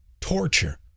torture